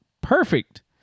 perfect